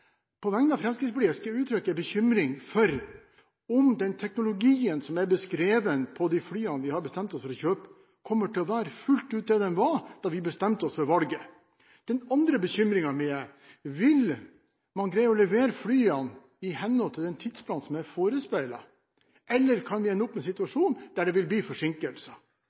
på vegne av Fremskrittspartiet, uttrykke bekymring for om den teknologien som er beskrevet for de flyene vi har bestemt seg for å kjøpe, kommer til å være fullt ut det den var da vi tok det valget. Den andre bekymringen er: Vil man greie å levere flyene i henhold til den tidsplanen som er forespeilet, eller kan man ende opp i en situasjon der det blir forsinkelser?